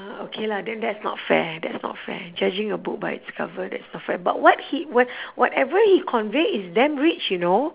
uh okay lah then that's not fair that's not fair judging a book by its cover that's not fair but what he what whatever he convey is damn rich you know